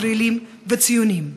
ישראלים וציונים.